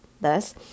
Thus